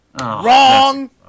Wrong